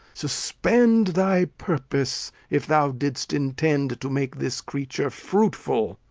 suspend thy purpose, if thou didst intend to make this creature fruitful.